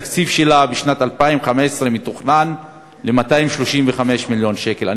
התקציב שלה בשנת 2015 מתוכנן להיות 235 מיליון שקל.